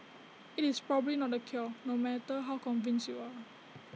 IT is probably not the cure no matter how convinced you are